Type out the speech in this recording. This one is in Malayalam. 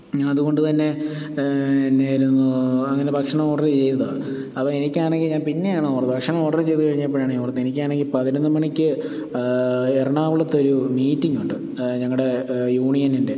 ഞാൻ അത് കൊണ്ട് തന്നെ എന്നായിരുന്നു അങ്ങനെ ഭക്ഷണം ഓർഡർ ചെയ്തതാണ് അപ്പം എനിക്ക് ആണെങ്കിൽ ഞാൻ പിന്നെയാണ് ഓർത്തത് ഭക്ഷണം ഓർഡറ് ചെയ്തു കഴിഞ്ഞപ്പോഴാണ് ഞാൻ ഓർത്തത് എനിക്ക് ആണെങ്കിൽ പതിനൊന്ന് മണിക്ക് എറണാകുളത്ത് ഒരു മീറ്റിഗ് ഉണ്ട് ഞങ്ങളുടെ യൂണിയൻൻ്റെ